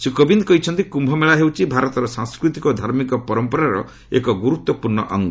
ଶ୍ରୀ କୋବିନ୍ଦ କହିଛନ୍ତି କୁମ୍ଭ ମେଳା ହେଉଛି ଭାରତର ସାଂସ୍କୃତିକ ଓ ଧାର୍ମିକ ପରମ୍ପରାର ଏକ ଗୁରୁତ୍ୱପୂର୍୍ଣ୍ଣ ଅଙ୍ଗ